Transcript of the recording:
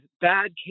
bad